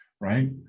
right